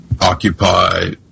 Occupy